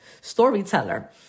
storyteller